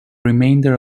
remainder